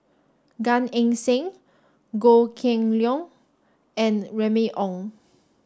Gan Eng Seng Goh Kheng Long and Remy Ong